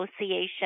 Association